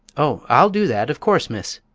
oh, i'll do that, of course, miss,